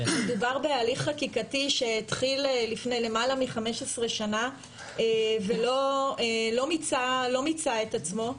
מדובר בהליך חקיקתי שהתחיל לפני למעלה מ-15 שנה ולא מיצה את עצמו.